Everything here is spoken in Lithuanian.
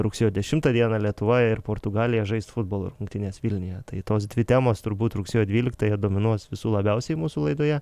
rugsėjo dešimtą dieną lietuva ir portugalija žais futbolo rungtynes vilniuje tai tos dvi temos turbūt rugsėjo dvyliktąją dominuos visų labiausiai mūsų laidoje